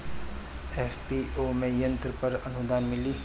FPO में यंत्र पर आनुदान मिँली?